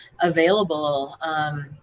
available